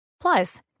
Plus